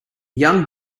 young